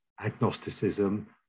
agnosticism